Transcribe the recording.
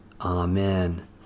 Amen